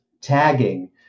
tagging